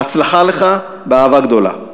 בהצלחה לך, באהבה גדולה.